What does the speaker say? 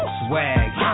swag